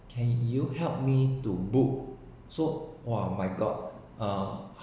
can you help me to book so !wah! my god uh